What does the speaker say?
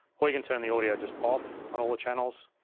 or you can turn the audio just off on all the channels.